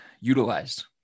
utilized